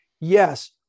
Yes